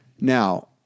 Now